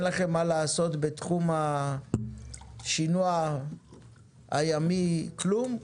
לכם מה לעשות בתחום השינוע הימי כלום?